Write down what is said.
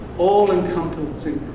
all-encompassing,